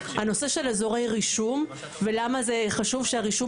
הנושא של אזורי רישום ולמה זה חשוב שהרישום